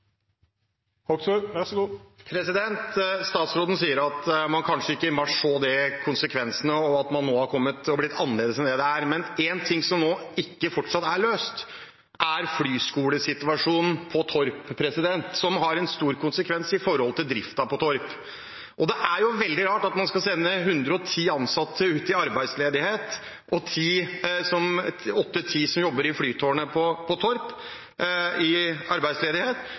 Statsråden sier at man i mars kanskje ikke så konsekvensene, og at det nå har blitt annerledes. Men en ting som fortsatt ikke er løst, er flyskolesituasjonen på Torp, som har en stor konsekvens for driften på Torp. Det er jo veldig rart at man skal sende 110 ansatte og 8–10 som jobber i flytårnet på Torp, ut i arbeidsledighet, og at 400 studenter ikke skal få fortsette studiene sine. Kan statsråden nå, med bakgrunn i at Stortinget klart og tydelig sier at man ønsker å få på